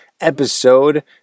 episode